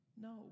No